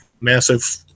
massive